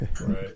Right